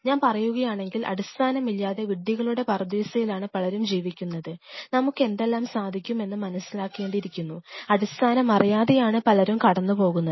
ഞാൻ പറയുകയാണെങ്കിൽ അടിസ്ഥാനമറിയാതെയാണ് പലരും കടന്നു പോകുന്നത്